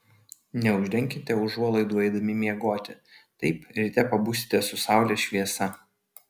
neuždenkite užuolaidų eidami miegoti taip ryte pabusite su saulės šviesa